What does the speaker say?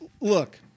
Look